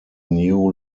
new